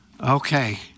Okay